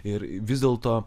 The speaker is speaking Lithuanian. ir vis dėlto